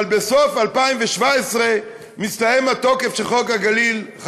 אבל בסוף 2017 מסתיים התוקף של חוק הגליל.